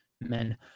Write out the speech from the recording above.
men